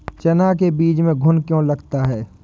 चना के बीज में घुन क्यो लगता है?